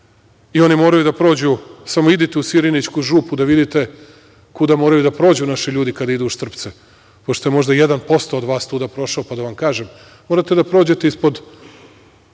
i oni moraju da prođu… Samo idite u Sirinićku župu da vidite kuda moraju da prođu naši ljudi kada idu u Štrpce. Možda je 1% od vas tuda prošao, pa da vam kažem da morate da prođete kroz